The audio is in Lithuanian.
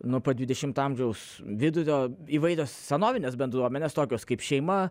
nuo pat dvidešimto amžiaus vidurio įvairios senovinės bendruomenės tokios kaip šeima